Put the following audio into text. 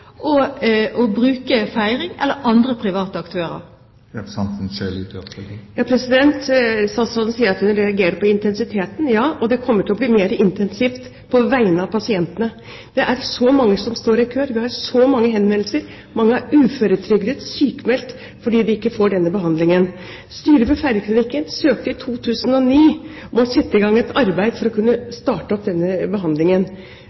å bruke Feiring eller andre private aktører. Statsråden sier at hun reagerer på intensiteten. Ja, og det kommer til å bli mer intensivt på vegne av pasientene. Det er så mange som står i kø, og vi får så mange henvendelser. Mange er uføretrygdet og sykmeldt fordi de ikke får denne behandlingen. Styret ved Feiringklinikken søkte i 2009 om å få sette i gang et arbeid for å starte opp denne behandlingen,